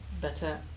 better